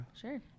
sure